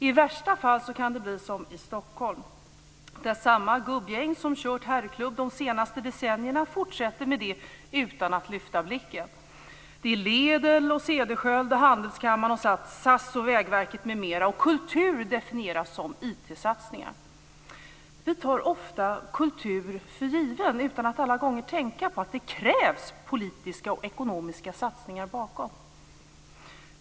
I värsta fall kan det bli som i Stockholm där samma gubbgäng som kört herrklubb de senaste decennierna fortsätter med det utan att lyfta blicken. Det är Ledél, Vi tar ofta kultur för given utan att alla gånger tänka på att det krävs politiska och ekonomiska satsningar bakom.